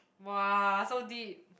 [wah] so deep